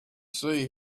sea